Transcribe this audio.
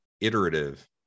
iterative